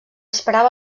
esperava